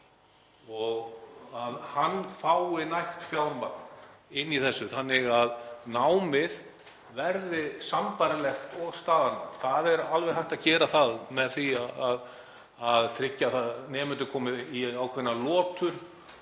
og að hann fái nægt fjármagn inni í þessu þannig að námið verði sambærilegt við staðnám. Það er alveg hægt að gera það með því að tryggja að nemendur komi í ákveðna lotur